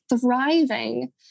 thriving